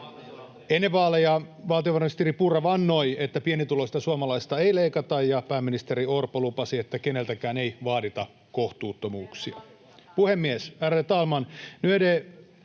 Ennen vaaleja valtiovarainministeri Purra vannoi, että pienituloisilta suomalaisilta ei leikata, ja pääministeri Orpo lupasi, että keneltäkään ei vaadita kohtuuttomuuksia.